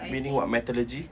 meaning what methodology